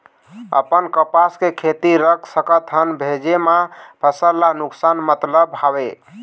अपन कपास के खेती रख सकत हन भेजे मा फसल ला नुकसान मतलब हावे?